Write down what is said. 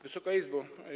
Wysoka Izbo!